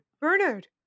Bernard